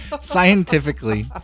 Scientifically